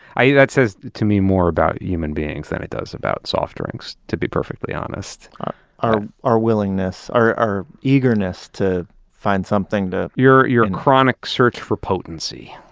that says to me more about human beings than it does about soft drinks, to be perfectly honest our our willingness, our our eagerness to find something to, your your chronic search for potency.